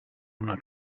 una